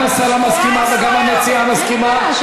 גם השרה מסכימה וגם המציעה מסכימה.